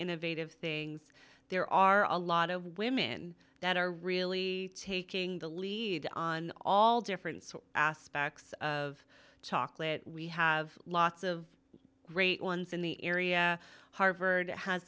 innovative things there are a lot of women that are really taking the lead on all different sort aspects of chocolate we have lots of great ones in the area harvard has